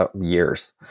years